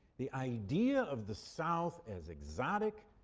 the idea of the south as exotic,